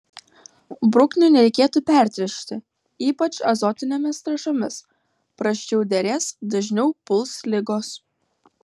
bruknių nereikėtų pertręšti ypač azotinėmis trąšomis prasčiau derės dažniau puls ligos